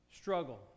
struggle